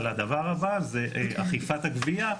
אבל הדבר הבא זה אכיפת הגבייה,